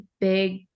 big